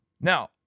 Now